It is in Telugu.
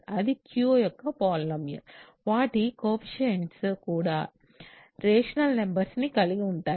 అది Q యొక్క పాలినోమియల్ వాటి కోయెఫిషియంట్స్ కూడా రేషనల్ నంబర్స్ ని కలిగి ఉంటాయి